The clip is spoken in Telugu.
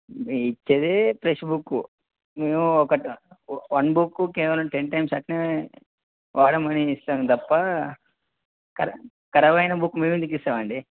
మీకు ఇచ్చేది ఫెష్ బుక్కు మేము ఒక వన్ బుక్కు కేవలం టెన్ టైమ్స్ అట్ల వాడమని ఇస్తాం తప్ప కర కరాబ్ అయిన బుక్ మేము ఎందుకు ఇస్తాం అండి